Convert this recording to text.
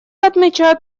отмечают